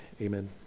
Amen